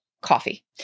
coffee